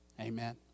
Amen